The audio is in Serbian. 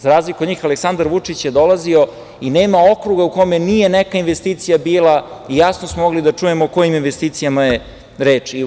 Za razliku od njih, Aleksandar Vučić je dolazio i nema okruga u kome nije neka investicija bila i jasno smo mogli da čujemo o kojim investicijama je reč.